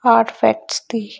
artefacts the